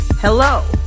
Hello